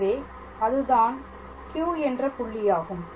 எனவே அதுதான் Q என்ற புள்ளியாகும்